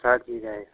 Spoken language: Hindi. मसाज की जाए